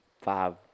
five